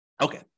Okay